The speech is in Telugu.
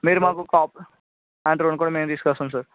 మీరు మాకు కాప్ డ్రోన్ కూడా మేమే తీసుకొస్తాము సార్